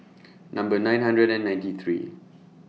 Number nine hundred and ninety three